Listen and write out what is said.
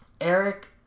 Eric